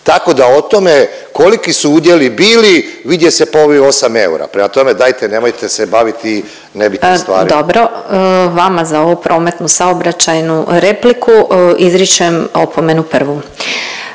Tako da o tome, koliki su udjeli bili vidi se po ovih 8 eura, prema tome dajte nemojte se baviti nebitnim stvarima. **Glasovac, Sabina (SDP)** Dobro. Vama za ovu prometnu, saobraćajnu repliku izričem opomenu prvu.